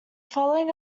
following